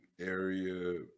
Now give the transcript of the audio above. area